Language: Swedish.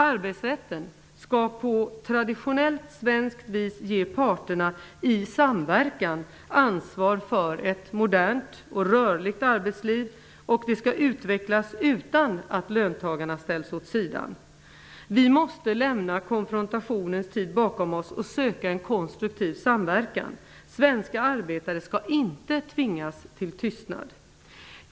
Arbetsrätten skall på traditionellt svenskt vis ge parterna i samverkan ansvar för att ett modernt och rörligt arbetsliv utvecklas utan att löntagarna ställs åt sidan. Vi måste lämna konfrontationens tid bakom oss och söka en konstruktiv samverkan. Svenska arbetare skall inte tvingas till tystnad.